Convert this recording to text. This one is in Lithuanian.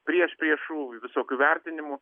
priešpriešų visokių vertinimų